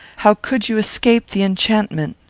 how could you escape the enchantment?